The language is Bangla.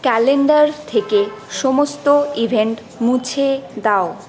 ক্যালেন্ডার থেকে সমস্ত ইভেন্ট মুছে দাও